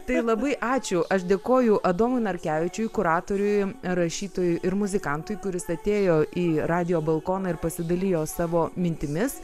tai labai ačiū aš dėkoju adomui narkevičiui kuratoriui rašytojui ir muzikantui kuris atėjo į radijo balkoną ir pasidalijo savo mintimis